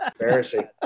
embarrassing